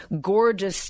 gorgeous